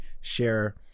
share